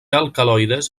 alcaloides